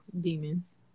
demons